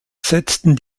setzten